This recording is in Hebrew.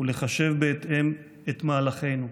ולחשב בהתאם את מהלכינו.